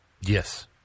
Yes